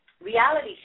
reality